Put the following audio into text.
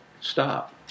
stop